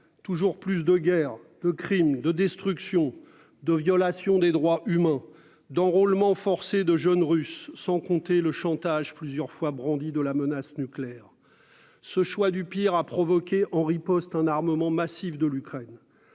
toujours plus de guerre, crimes de destruction de violation des droits humains d'enrôlement forcé de jeunes Russes sans compter le chantage plusieurs fois brandi de la menace nucléaire. Ce choix du pire a provoqué en riposte un armement massif de l'Ukraine.